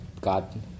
God